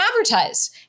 advertise